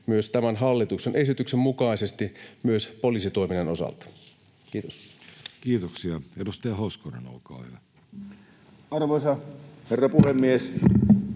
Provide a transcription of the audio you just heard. kanssa tämän hallituksen esityksen mukaisesti myös poliisitoiminnan osalta. — Kiitos. Kiitoksia. — Edustaja Hoskonen, olkaa hyvä. Arvoisa herra puhemies!